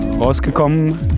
rausgekommen